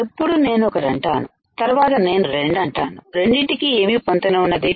ఎప్పుడూ నేను ఒకటి అంటాను తర్వాత నేను రెండు అంటాను రెండిటికీ ఏమి పొంతన ఉన్నది